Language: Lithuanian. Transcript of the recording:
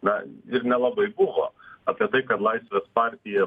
na ir nelabai buvo apie tai kad laisvės partija